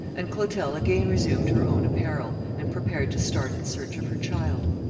and clotel again resumed her own apparel, and prepared to start in search of her child.